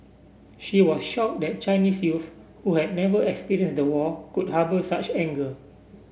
she was shocked that Chinese youth who have never experienced the war could harbour such anger